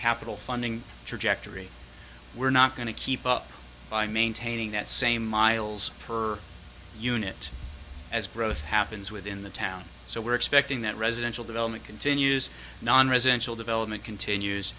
capital funding trajectory we're not going to keep up by maintaining that same miles per unit as growth happens within the town so we're expecting that residential development continues non residential development continues